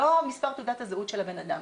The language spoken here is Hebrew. לא מספר תעודת הזהות של הבן אדם